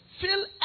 Fill